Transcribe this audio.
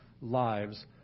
lives